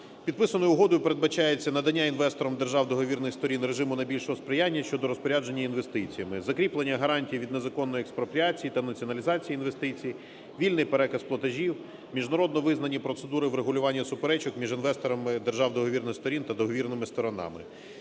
Підписаною Угодою передбачається надання інвесторам держав договірних сторін режиму найбільшого сприяння щодо розпорядження інвестиціями, закріплення гарантій від незаконної експропріації та націоналізації інвестицій, вільний переказ платежів, міжнародно визнані процедури врегулювання суперечок між інвесторами держав договірних сторін та договірними сторонами.